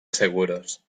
seguros